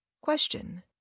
Question